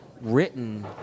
written